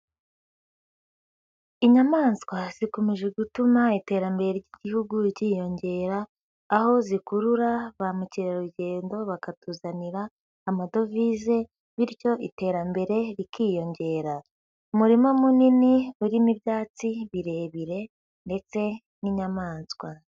Inyamaswa zikomeje gutuma iterambere ry'Igihugu ryiyongera, aho zikurura ba mukerarugendo bakatuzanira amadovize bityo iterambere rikiyongera. Umurima munini urimo ibyatsi birebire ndetse n'inyamaswa.